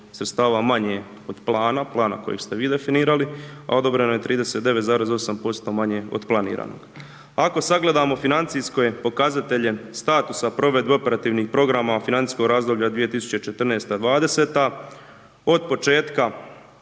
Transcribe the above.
sredstava manje od plana, plana kojeg ste vi definirali, a odobreno je 39,8% manje od planiranog. Ako sagledamo financijske pokazatelje statusa provedbe operativnih programa financijskog razdoblja 2014., 2020. od početka,